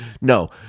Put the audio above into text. no